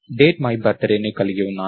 date my బర్తడేని కలిగి ఉన్నాను